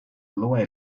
lower